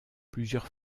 plusieurs